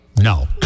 No